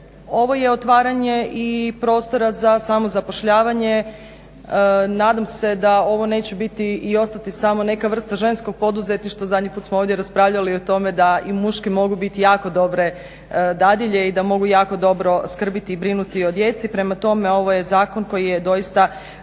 ovo je otvaranje i prostora i za samozapošljavanje. Nadam se da ovo neće biti ostati samo neka vrsta ženskog poduzetništva. Zadnji puta smo ovdje raspravljali o tome da i muški mogu biti jako dobre dadilje i da mogu jako dobro skrbiti i brinuti o djeci. Prema tome ovo je zakon koji je doista